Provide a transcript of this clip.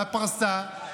בפרסה,